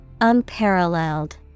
Unparalleled